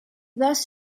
thus